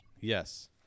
Yes